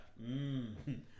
mmm